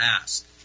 asked